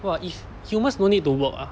!wah! if humans no need to work ah